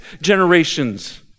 generations